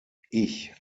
ich